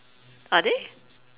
are they